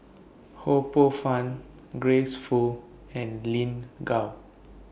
Ho Poh Fun Grace Fu and Lin Gao